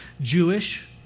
Jewish